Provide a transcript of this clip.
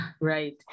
Right